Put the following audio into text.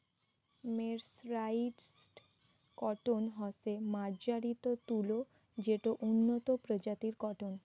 mercerised cotton হসে মার্জারিত তুলো যেটো উন্নত প্রজাতির কটন